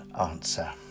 answer